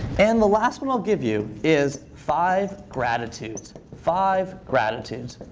and the last one i'll give you is five gratitudes five gratitudes.